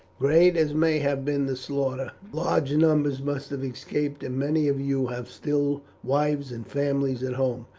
great as may have been the slaughter, large numbers must have escaped, and many of you have still wives and families at home.